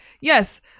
yes